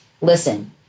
Listen